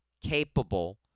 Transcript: capable